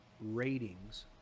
ratings